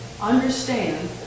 understand